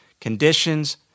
conditions